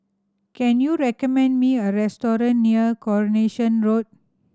can you recommend me a restaurant near Coronation Road